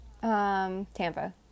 Tampa